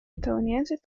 estadounidenses